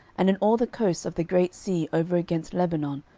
and in all the coasts of the great sea over against lebanon,